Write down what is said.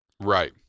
right